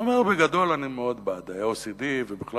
אני אומר שבגדול אני מאוד בעד ה-OECD, ובכלל,